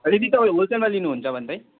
यदि तपाईँ होलसेलमा लिनुहुन्छ भने चाहिँ